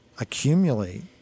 accumulate